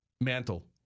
mantle